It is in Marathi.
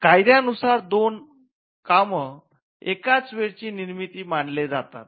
कायद्या नुसार दोघं काम एकाच वेळ ची निर्मिती मानले जातात